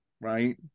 right